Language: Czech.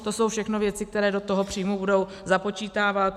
To jsou všechno věci, které do toho příjmu budou započítávat.